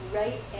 right